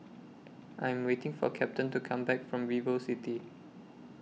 I Am waiting For Captain to Come Back from Vivocity